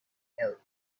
help